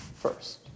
first